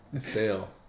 fail